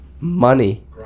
money